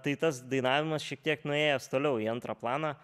tai tas dainavimas šiek tiek nuėjęs toliau į antrą planą